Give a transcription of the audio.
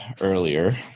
earlier